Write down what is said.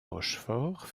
rochefort